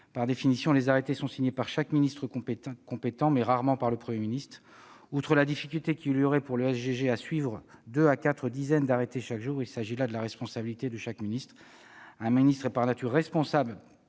Par définition, les arrêtés sont signés par chaque ministre compétent, mais rarement par le Premier ministre. Outre la difficulté qu'il y aurait pour le secrétariat général du Gouvernement (SGG) à suivre entre deux et quatre dizaines d'arrêtés chaque jour, il s'agit là de la responsabilité de chaque ministre. Un ministre est par nature responsable